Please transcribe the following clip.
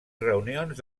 reunions